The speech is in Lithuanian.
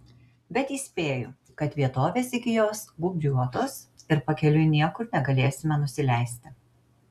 bet įspėju kad vietovės iki jos gūbriuotos ir pakeliui niekur negalėsime nusileisti